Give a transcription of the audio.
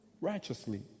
righteously